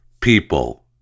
people